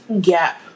gap